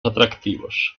atractivos